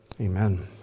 Amen